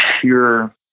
pure